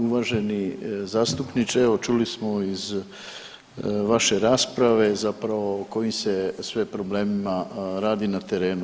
Uvaženi zastupniče evo čuli smo iz vaše rasprave zapravo o kojim se sve problemima radi na terenu.